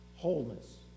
wholeness